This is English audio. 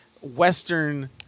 western